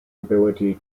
ability